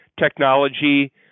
technology